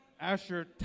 Asher